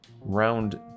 round